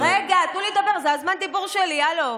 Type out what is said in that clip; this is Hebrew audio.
רגע, תנו לי לדבר, זה זמן הדיבור שלי, הלו.